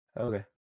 Okay